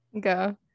Go